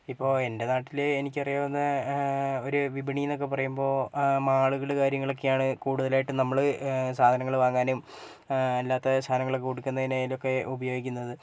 ഇപ്പോൾ എൻ്റെ നാട്ടിൽ എനിക്കറിയാവുന്ന ഒരു വിപണീന്നൊക്കെ പറയുമ്പോൾ മാളുകൾ കാര്യങ്ങളൊക്കെയാണ് കൂടുതലായിട്ടും നമ്മൾ സാധനങ്ങൾ വാങ്ങാനും അല്ലാത്ത സാധനങ്ങളൊക്കെ കൊടുക്കുന്നേനായാലും ഒക്കെ ഉപയോഗിക്കുന്നത്